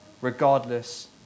regardless